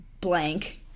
blank